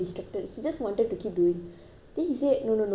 then he said no no no let's continue no no no let's continue